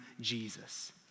Jesus